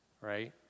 Right